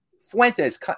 Fuentes